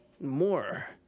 more